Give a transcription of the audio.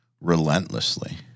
relentlessly